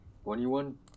Twenty-one